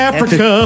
Africa